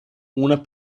una